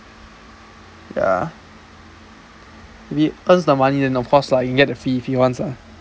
ya he earns the money then of course lah he get the fee if he wants lah